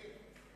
כן.